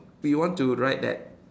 we want to ride that